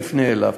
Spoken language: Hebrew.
תפנה אליו.